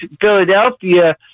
Philadelphia